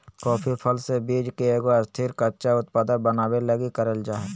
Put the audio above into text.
coffee फल से बीज के एगो स्थिर, कच्चा उत्पाद बनाबे लगी करल जा हइ